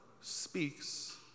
speaks